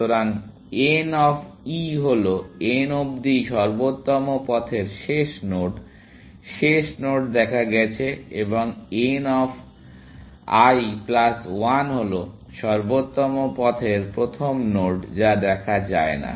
সুতরাং n of I হলো n অব্দি সর্বোত্তম পথের শেষ নোড শেষ নোড দেখা গেছে এবং n অফ I প্লাস 1 হল সর্বোত্তম পথের প্রথম নোড যা দেখা যায় না